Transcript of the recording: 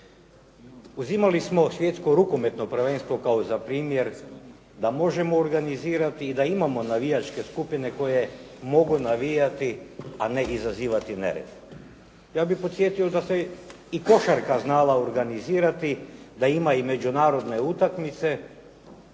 Uzimali smo Svjetsko rukometno prvenstvo kao za primjere da možemo organizirati i da imamo navijačke skupine koje mogu navijati, a ne izazivati nered. Ja bih podsjetio da se i košarka znala organizirati, da ima i međunarodne utakmice